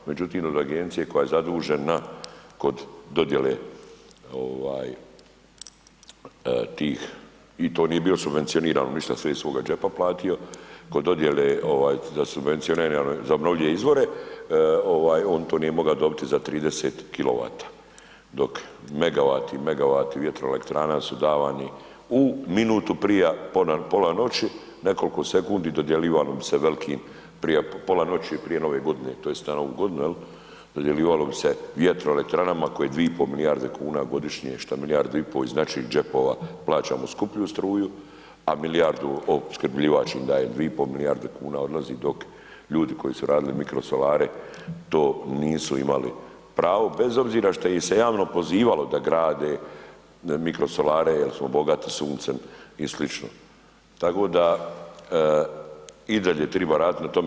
Međutim, od agencije koja je zadužena kod dodjele tih i to nije bilo subvencionirano, mislim da je sve iz svoga džepa platio, kod dodjele za subvencije … [[Govornik se ne razumije]] za mnoge izvore on to nije moga dobiti za 30 kilovata, dok megavati, megavati vjetroelektrana su davani u minutu prija pola noći, u nekoliko sekundi dodjelivalo bi se velikim, prije pola noći i prije Nove Godine tj. na Novu Godinu jel, dodijelivalo bi se vjetroelektranama koje 2,5 milijarde kuna godišnje, šta milijardu i po iz naših džepova plaćamo skuplju struju, a milijardu opskrbljivačim daje 2,5 milijarde kuna odlazi dok ljudi koji su radili mikrosolare to nisu imali pravo bez obzira što ih se javno pozivalo da grade mikrosolare jer smo bogati suncem i sl., tako da i dalje triba radit na tome.